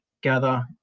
gather